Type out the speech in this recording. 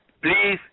please